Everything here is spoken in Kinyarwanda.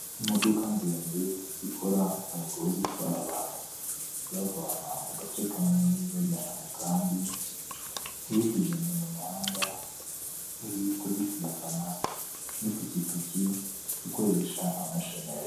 Imodoka ndende ikora umwuga wo gutwara abantu ibavana mu gace kamwe ibajyana mu kandi, iri kugenda mu muhanda iri kubisikana n'ipikipiki ikoresha amashanyarazi.